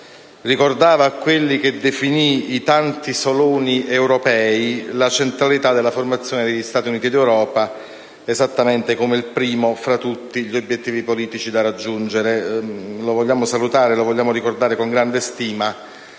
ricordava quelli che definì i tanti Soloni europei e la centralità della formazione degli Stati Uniti d'Europa esattamente come il primo fra tutti gli obiettivi politici da raggiungere. Vogliamo salutare e ricordare il senatore